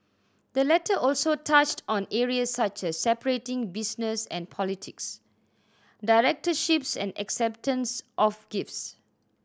the letter also touched on areas such as separating business and politics directorships and acceptance of gifts